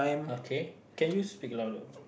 okay can you speak louder a bit